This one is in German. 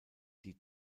die